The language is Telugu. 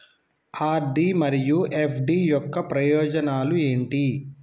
ఆర్.డి మరియు ఎఫ్.డి యొక్క ప్రయోజనాలు ఏంటి?